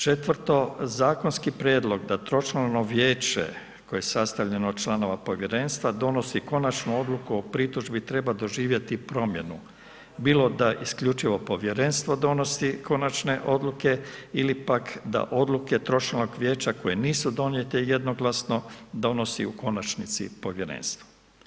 Četvrto, zakonski prijedlog da tročlano vijeće, koje je sastavljeno od članova povjerenstva, donosi konačnu odluku o pritužbi, treba doživjeti promjenu, bilo da isključivo povjerenstvo donosi konačne odluke ili pak, da odluke tročlanog vijeća, koje nisu donijete jednoglasno, donosi u konačni povjerenstvo.